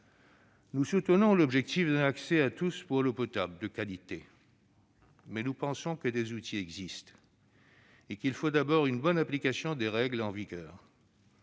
Nous soutenons l'objectif d'un accès pour tous à l'eau potable de qualité, mais nous pensons que des outils existent et qu'il faut d'abord une bonne application des règles en vigueur.